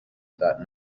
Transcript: about